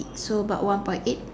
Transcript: so about one point eight